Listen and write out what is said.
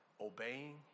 Obeying